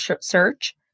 search